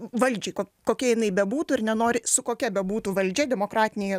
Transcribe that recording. valdžiai kokia jinai bebūtų ir nenori su kokia bebūtų valdžia demokratinėje